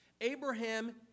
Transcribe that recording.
Abraham